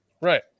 Right